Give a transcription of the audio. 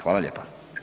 Hvala lijepa.